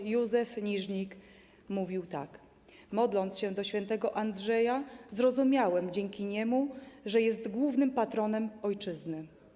Ks. Józef Niżnik mówił tak: modląc się do św. Andrzeja, zrozumiałem dzięki niemu, że jest głównym patronem ojczyzny.